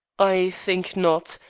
i think not.